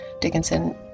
Dickinson